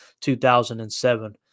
2007